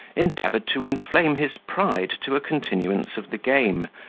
endeavoured to inflame his pride to a continuance of the game,